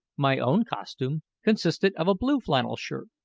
my own costume consisted of a blue flannel shirt,